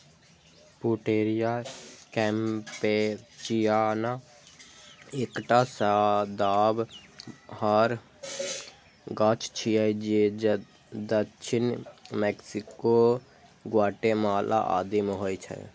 Pouteria campechiana एकटा सदाबहार गाछ छियै जे दक्षिण मैक्सिको, ग्वाटेमाला आदि मे होइ छै